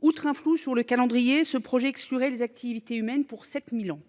Outre un flou sur le calendrier, ce projet exclurait les activités humaines pour 7 000 ans !